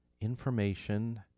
information